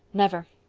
never.